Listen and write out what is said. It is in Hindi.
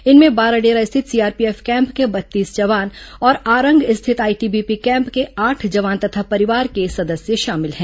इनमें बाराडेरा स्थित सीआरपीएफ कैम्प के बत्तीस जवान और आरंग स्थित आईटीबीपी कैम्प के आठ जवान तथा परिवार के सदस्य शामिल हैं